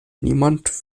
niemand